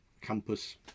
campus